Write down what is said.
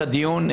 הדיון.